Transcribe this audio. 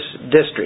district